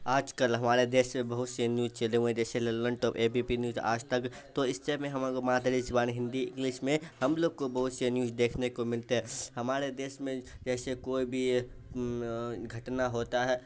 آج کل ہمارے دیش سے بہت سے نیوج چلے ہوئے ہیں جیسے Lallantop A B P news Aaj Tak تو اس سے میں ہم اگر مادری زبان ہندی انگلش میں ہم لوگ کو بہت سے نیوز دیکھنے کو ملتے ہیں ہمارے دیش میں جیسے کوئی بھی گھٹنا ہوتا ہے